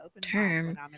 term